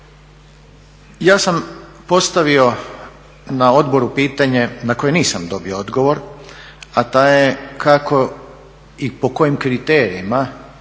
Ja sam postavio na odboru pitanje na koje nisam dobio odgovor, a taj je kako i po kojim kriterijima